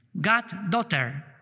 goddaughter